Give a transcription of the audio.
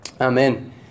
Amen